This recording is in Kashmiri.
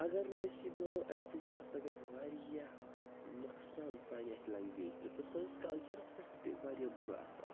اگر نہٕ أسۍ یہِ بولو اَمہِ سۭتۍ ہسا گژھِ واریاہ نۄقصان سانہِ اَتھ لنٛگویج پہِ تہٕ سٲنِس کَلچَرَس پٮ۪ٹھ تہِ پے واریاہ بُرٕ اَثر